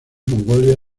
mongolia